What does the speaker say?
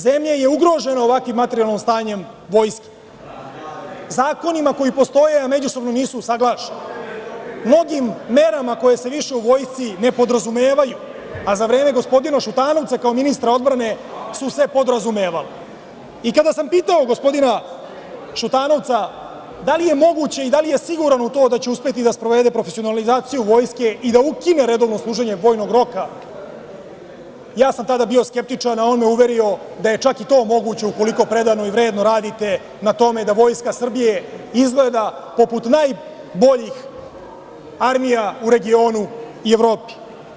Zemlja je ugrožena ovakvim materijalnim stanjem Vojske, zakonima koji postoje, a međusobno nisu usaglašeni, mnogim merama koje se više u Vojsci ne podrazumevaju, a za vreme gospodina Šutanovca kao ministra odbrane su se podrazumevale i kada sam gospodina Šutanovca - da li je moguće i da li je siguran u to da će uspeti da sprovede profesionalizaciju Vojske i da ukine redovno služenjem vojnog roka, ja sam tada bio skeptičan, a on me uverio da je čak i to moguće ukoliko predano i vredno radite na tome da Vojska Srbije izgleda poput najboljih armija u regionu i Evropi.